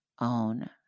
own